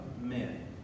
men